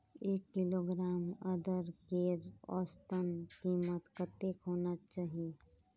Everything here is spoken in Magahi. एक किलोग्राम अदरकेर औसतन कीमत कतेक होना चही?